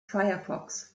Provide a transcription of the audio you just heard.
firefox